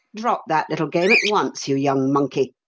drop that little game at once, you young monkey!